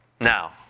Now